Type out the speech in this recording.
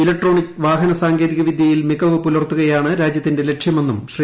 electronic വാഹന സാങ്കേതികവിദ്യയിൽ മികവ് പുലർത്തുകയാണ് രാജ്യത്തിന്റെ ലക്ഷ്യമെന്നും ശ്രീ